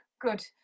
good